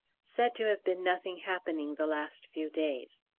said to have been nothing happening the last few days.